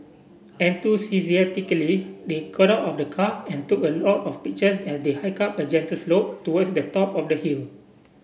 enthusiastically they got out of the car and took a lot of pictures as they hiked up a gentle slope towards the top of the hill